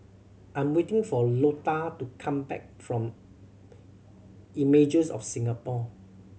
I'm waiting for Lota to come back from Images of Singapore